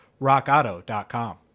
Rockauto.com